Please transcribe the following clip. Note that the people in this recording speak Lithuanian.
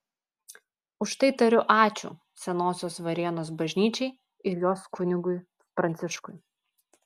už tai tariu ačiū senosios varėnos bažnyčiai ir jos kunigui pranciškui